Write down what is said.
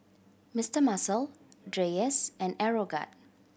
Mister Muscle Dreyers and Aeroguard